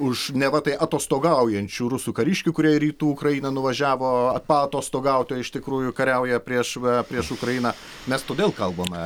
už neva tai atostogaujančių rusų kariškių kurie rytų ukrainą nuvažiavo paatostogauti o iš tikrųjų kariauja prieš va prieš ukrainą mes todėl kalbame